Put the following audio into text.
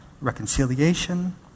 reconciliation